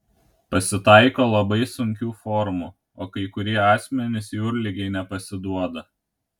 pasitaiko labai sunkių formų o kai kurie asmenys jūrligei nepasiduoda